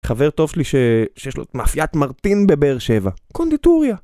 חבר טוב שלי שיש לו את מאפיית מרטין בבאר שבע, קונדיטוריה.